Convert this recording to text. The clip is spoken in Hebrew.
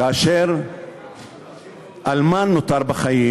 כאשר אלמן נותר בחיים,